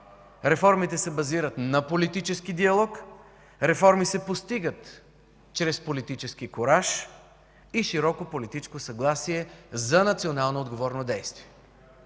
Реформите се базират на политически диалог. Реформи се постигат чрез политически кураж и широко политическо съгласие за националноотговорно действие.